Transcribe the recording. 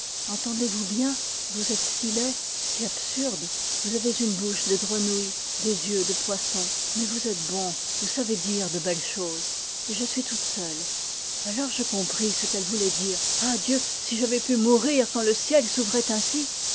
larmes entendez-vous bien vous êtes si laid si absurde vous avez une bouche de grenouille des yeux de poisson mais vous êtes bon vous savez dire de belles choses et je suis toute seule alors je compris ce qu'elle voulait dire ah dieu si j'avais pu mourir quand le ciel s'ouvrait ainsi